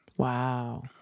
Wow